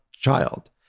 child